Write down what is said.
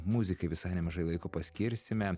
muzikai visai nemažai laiko paskirsime